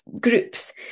groups